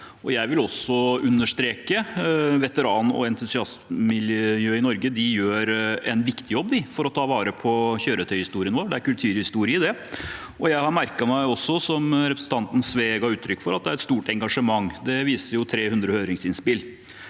Jeg vil også understreke at veteran- og entusiastmiljøet i Norge gjør en viktig jobb for å ta vare på kjøretøyhistorien vår. Det er kulturhistorie. Jeg har også merket meg, som representanten Sve ga uttrykk for, at det er et stort engasjement. Det viser jo 300 høringsinnspill.